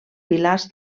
pilars